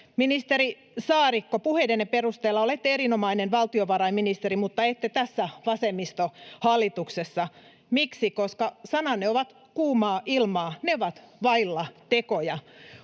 Ministeri Saarikko, puheidenne perusteella olette erinomainen valtiovarainministeri, mutta ette tässä vasemmistohallituksessa. Miksi? Koska sananne ovat vain kuumaa ilmaa. Ne ovat vailla tekoja.